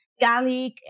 garlic